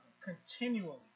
continually